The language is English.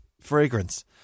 fragrance